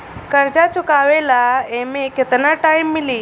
कर्जा चुकावे ला एमे केतना टाइम मिली?